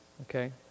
Okay